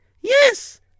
Yes